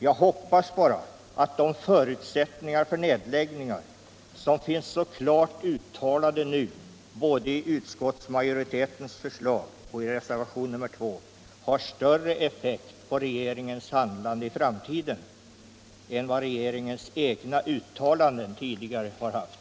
Jag hoppas bara att de synpunkter på nedläggningar som finns så klart uttalade nu, både i utskottsmajoritetens förslag och i reservationen 2, har större effekt på regeringens handlande i framtiden än vad regeringens egna uttalanden tidigare har haft.